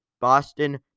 Boston